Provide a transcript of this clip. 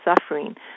suffering